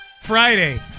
Friday